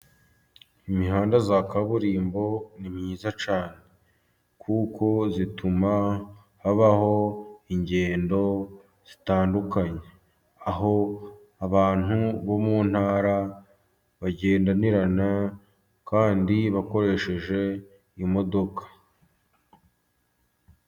Imihanda ya kaburimbo ni myiza cyane, kuko ituma habaho ingendo zitandukanye, aho abantu bo mu ntara bagendanirana kandi bakoresheje imodoka.